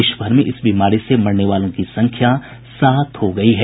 देशभर में इस बीमारी से मरने वालों की संख्या सात हो गयी है